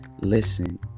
Listen